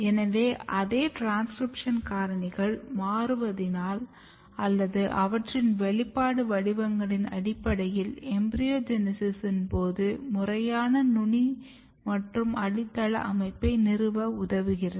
எனவே அதே டிரான்ஸ்கிரிப்ஷன் காரணிகள் மாறுவதினால் அல்லது அவற்றின் வெளிப்பாடு வடிவங்களின் அடிப்படையில் எம்பிரியோஜெனிசிஸ்ஸின் போது முறையான நுனி மற்றும் அடித்தள அமைப்பை நிறுவ உதவுகின்றன